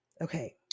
Okay